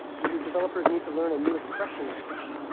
do your developers need to learn a new expression language?